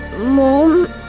Mom